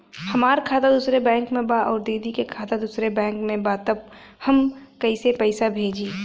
हमार खाता दूसरे बैंक में बा अउर दीदी का खाता दूसरे बैंक में बा तब हम कैसे पैसा भेजी?